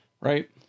right